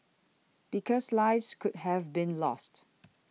because lives could have been lost